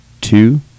two